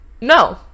no